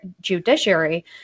Judiciary